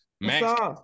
Max